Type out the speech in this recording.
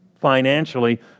financially